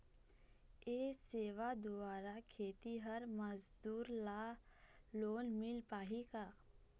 ये सेवा द्वारा खेतीहर मजदूर ला लोन मिल पाही का?